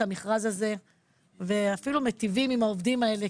המכרז הזה ואפילו מיטיבים עם העובדים האלה,